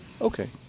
Okay